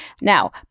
Now